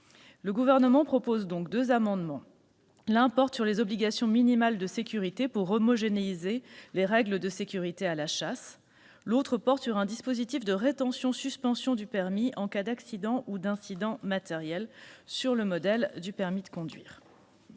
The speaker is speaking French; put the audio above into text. Le Gouvernement proposera donc deux amendements, qui tendent à prévoir, l'un des obligations minimales de sécurité pour homogénéiser les règles de sécurité à la chasse, l'autre, un dispositif de rétention-suspension du permis en cas d'accident ou d'incident matériel, sur le modèle du permis de conduire.